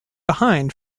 behind